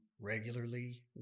regularly